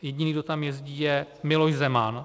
Jediný, kdo tam jezdí, je Miloš Zeman.